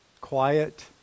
quiet